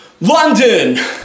London